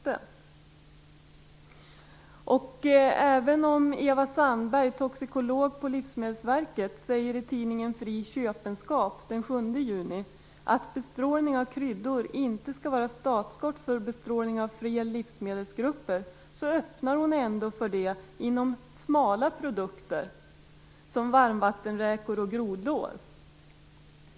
Även om Eva Sandberg, toxikolog på Livsmedelsverket, i tidningen Fri Köpenskap den 7 juni säger att bestrålning av kryddor inte skall vara startskott för bestrålning av fler livsmedelsgrupper, öppnar hon ändå för det inom smala produkter som varmvattenräkor och grodlår.